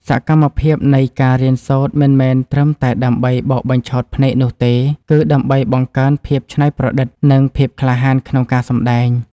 សកម្មភាពនៃការរៀនសូត្រមិនមែនត្រឹមតែដើម្បីបោកបញ្ឆោតភ្នែកនោះទេ គឺ ដើម្បីបង្កើនភាពច្នៃប្រឌិត និង ភាពក្លាហានក្នុងការសម្តែង។